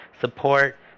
support